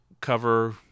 cover